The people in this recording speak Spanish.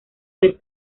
tres